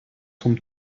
some